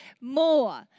more